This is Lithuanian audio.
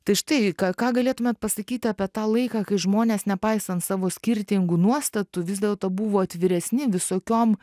tai štai ką ką galėtumėt pasakyti apie tą laiką kai žmonės nepaisant savo skirtingų nuostatų vis dėlto buvo atviresni visokiom